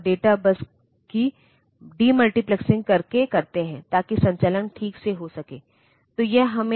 तो यह read bar signal सक्रिय है